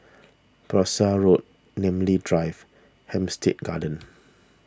Parsi Road Namly Drive Hampstead Gardens